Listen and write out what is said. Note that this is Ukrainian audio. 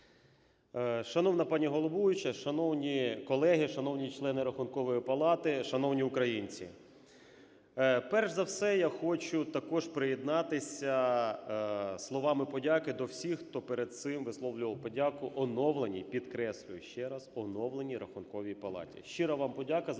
Шановна пані головуюча! Шановні колеги! Шановні члени Рахункової палати! Шановні українці! Перш за все, я хочу також приєднатися словами подяки до всіх, хто перед цим висловлював подяку оновленій, підкреслюю ще раз, оновленій Рахунковій палаті. Щира вам подяка